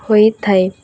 ହୋଇଥାଏ